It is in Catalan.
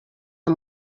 amb